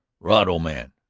rod, old man,